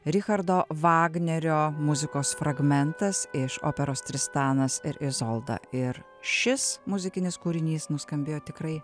richardo vagnerio muzikos fragmentas iš operos tristanas ir izolda ir šis muzikinis kūrinys nuskambėjo tikrai